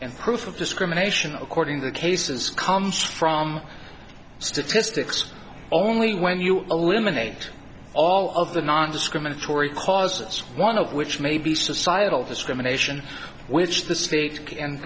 and proof of discrimination according to cases comes from statistics only when you eliminate all of the nondiscriminatory because it's one of which may be societal discrimination which the state and